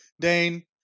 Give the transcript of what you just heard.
Dane